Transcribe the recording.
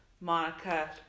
Monica